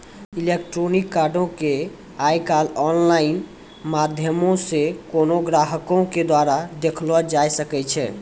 electronic कार्डो के आइ काल्हि आनलाइन माध्यमो से कोनो ग्राहको के द्वारा देखलो जाय सकै छै